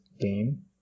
game